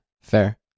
fair